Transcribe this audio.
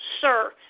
sir